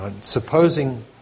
Supposing